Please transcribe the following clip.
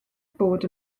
bod